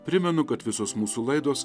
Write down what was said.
primenu kad visos mūsų laidos